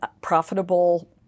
profitable